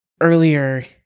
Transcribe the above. earlier